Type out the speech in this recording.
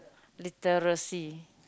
literacy